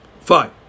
fine